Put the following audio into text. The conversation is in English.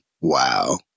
Wow